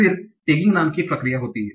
फिर टैगिंग नाम की एक प्रक्रिया होती है